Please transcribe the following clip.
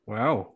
Wow